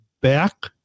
back